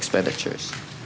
expenditures